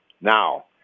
now